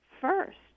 first